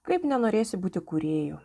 kaip nenorėsi būti kūrėju